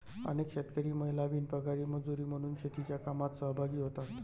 अनेक शेतकरी महिला बिनपगारी मजुरी म्हणून शेतीच्या कामात सहभागी होतात